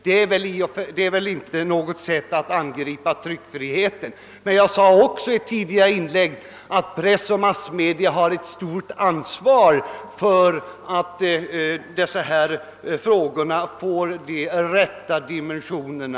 Det kan väl inte anses innebära att jag angripit tryckfriheten. Men jag sade också i ett tidigare inlägg att press och andra massmedia har ett stort ansvar för att sådana här frågor får de rätta dimensionerna.